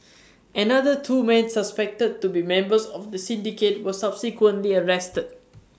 another two men suspected to be members of the syndicate were subsequently arrested